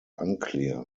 unclear